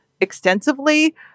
extensively